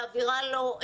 מעבירה לו.